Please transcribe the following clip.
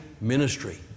ministry